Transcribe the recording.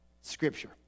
Scripture